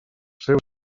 seus